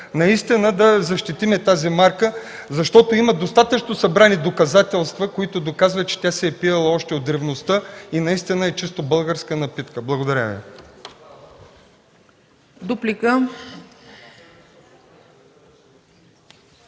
за да защитим тази марка, тъй като има достатъчно доказателства, които доказват, че тя се е пиела още от древността и е чисто българска напитка. Благодаря.